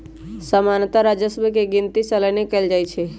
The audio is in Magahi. सामान्तः राजस्व के गिनति सलने कएल जाइ छइ